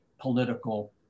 political